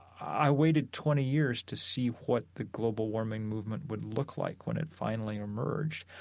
i waited twenty years to see what the global warming movement would look like when it finally emerged,